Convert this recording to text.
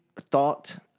Thought